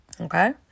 Okay